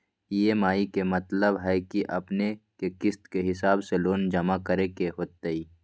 EMI के मतलब है कि अपने के किस्त के हिसाब से लोन जमा करे के होतेई?